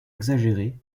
exagérée